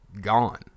gone